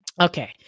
Okay